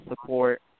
support